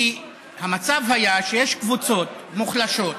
כי המצב היה שיש קבוצות מוחלשות,